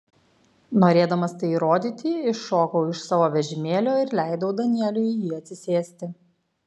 norėdamas tai įrodyti iššokau iš savo vežimėlio ir leidau danieliui į jį atsisėsti